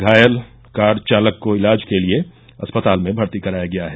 घायल कार चालक को इलाज के लिये अस्पताल में भर्ती कराया गया है